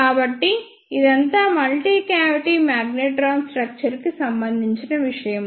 కాబట్టి ఇదంతా multi cavity magnetron structure కి సంబంధించిన విషయము